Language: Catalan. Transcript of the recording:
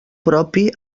propi